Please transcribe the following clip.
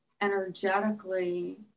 energetically